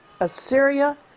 Assyria